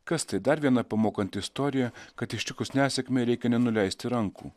kas tai dar viena pamokanti istorija kad ištikus nesėkmei reikia nenuleisti rankų